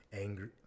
angry